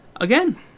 Again